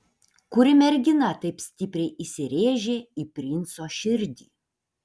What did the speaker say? kuri mergina taip stipriai įsirėžė į princo širdį